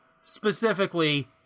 specifically